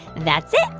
that's it.